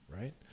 right